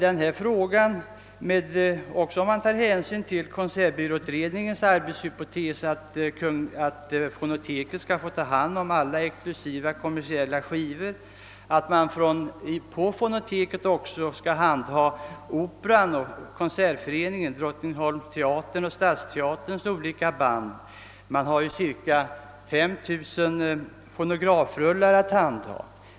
Enligt konsertbyråutredningens arbetshypotes skall fonoteket ta hand om alla exklusiva kommersiella skivor och även Operans, Konsertföreningens, Drottningholmsteaterns och Stadsteaterns band. Man har cirka 5 000 fonografrullar att ta hand om.